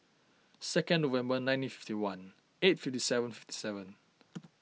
second November nineteen fifty one eight fifty seven fifty seven